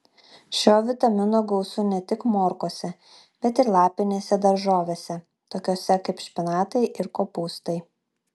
šio vitamino gausu ne tik morkose bet ir lapinėse daržovėse tokiose kaip špinatai ir kopūstai